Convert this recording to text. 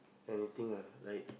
anything ah like